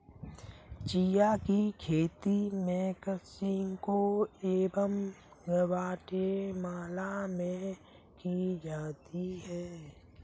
chia की खेती Mexico एवं ग्वाटेमाला में की जाती है